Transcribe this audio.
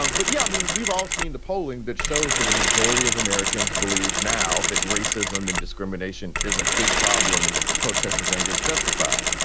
um but yeah, i mean, we've all seen the polling that shows that a majority of americans believe now that racism and discrimination is a big problem and that the protesters anger is justified.